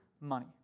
money